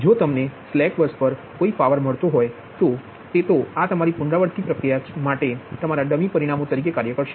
જો તમને slack bus પર કોઈ પાવર મળતો હોય તો તે તો આ તમારી પુનરાવર્તિત પ્રક્રિયા માટે તમારા ડમી પરિમાણો તરીકે કાર્ય કરશે